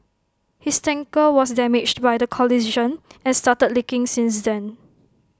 his tanker was damaged by the collision and started leaking since then